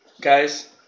Guys